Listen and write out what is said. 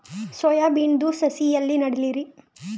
Soya ಬಿನದು ಸಸಿ ಎಲ್ಲಿ ನೆಡಲಿರಿ?